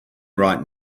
right